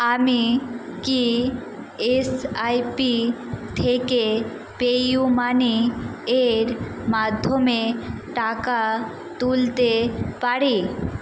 আমি কি এসআইপি থেকে পেইউ মানি এর মাধ্যমে টাকা তুলতে পারি